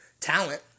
talent